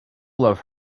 love